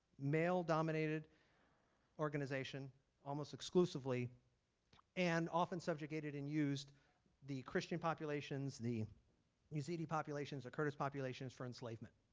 male-dominated organization almost exclusively and often subjugated and used the christian populations the yazidi populations the kurdish populations for enslavement.